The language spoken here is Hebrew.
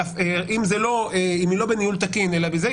אם היא לא בניהול תקין אלא בזה,